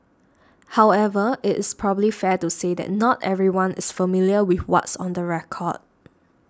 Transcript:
however is probably fair to say that not everyone is familiar with what's on the record